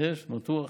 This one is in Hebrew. בטוח?